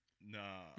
Nah